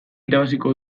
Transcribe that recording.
irabaziko